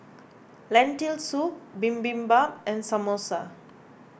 Lentil Soup Bibimbap and Samosa